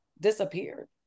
disappeared